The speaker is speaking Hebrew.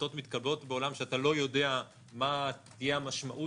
החלטות מתקבלות בעולם שאתה לא יודע מה תהיה המשמעות